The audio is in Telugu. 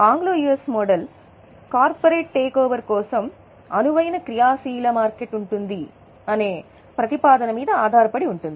Anglo US model corporate takeover కోసం అనువైన క్రియాశీల మార్కెట్ ఉంటుంది అనే ప్రతిపాదన మీద ఆధారపడి ఉంటుంది